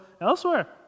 elsewhere